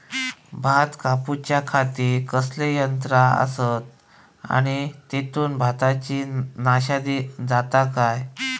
भात कापूच्या खाती कसले यांत्रा आसत आणि तेतुत भाताची नाशादी जाता काय?